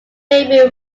baby